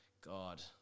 God